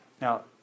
Now